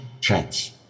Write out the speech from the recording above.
chance